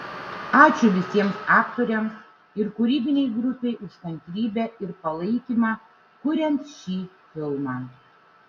ačiū visiems aktoriams ir kūrybinei grupei už kantrybę ir palaikymą kuriant šį filmą